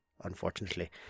unfortunately